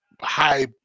high